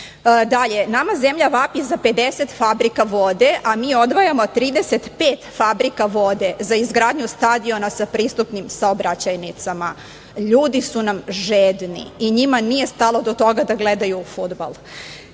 delikvencije. Nama zemlja vapi za 50 fabrike vode, a mi odvajamo 35 fabrika vode za izgradnju stadiona sa pristupnim saobraćajnicama. Ljudi su nam žedni i njima nije stalo do toga da gledaju fudbal. Što